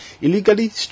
illegally